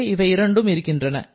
இங்கே இவை இரண்டும் இருக்கின்றன